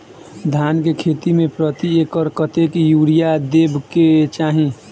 धान केँ खेती मे प्रति एकड़ कतेक यूरिया देब केँ चाहि?